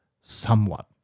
somewhat